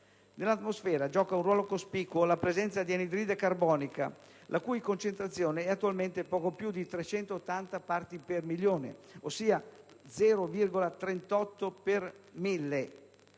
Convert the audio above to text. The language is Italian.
Nell'atmosfera gioca un ruolo cospicuo la presenza di anidride carbonica, la cui concentrazione è attualmente poco più di 380 parti per milione, cioè lo 0,38 per mille